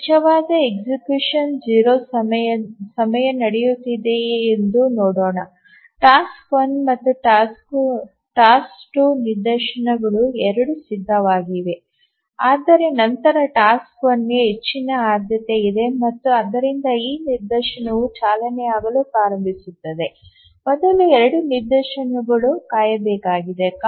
ಈ ನಿಜವಾದ execution 0 ಸಮಯ ನಡೆಯುತ್ತಿದೆಯೇ ಎಂದು ನೋಡೋಣ ಟಾಸ್ಕ್ 1 ಮತ್ತು ಟಾಸ್ಕ್ 2 ನಿದರ್ಶನಗಳು ಎರಡೂ ಸಿದ್ಧವಾಗಿವೆ ಆದರೆ ನಂತರ ಟಾಸ್ಕ್ 1 ಗೆ ಹೆಚ್ಚಿನ ಆದ್ಯತೆ ಇದೆ ಮತ್ತು ಆದ್ದರಿಂದ ಈ ನಿದರ್ಶನವು ಚಾಲನೆಯಾಗಲು ಪ್ರಾರಂಭಿಸುತ್ತದೆ ಮೊದಲ 2 ನಿದರ್ಶನಗಳು ಕಾಯಬೇಕಾಗಿದೆ